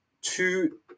two